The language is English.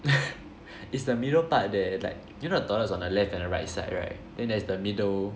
it's the middle part there like you know the toilet's on the left and the right side right then there's the middle